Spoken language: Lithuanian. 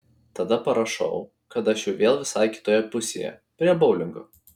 tada parašau kad aš jau vėl visai kitoje pusėje prie boulingo